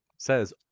says